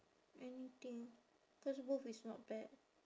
anything cause both is not bad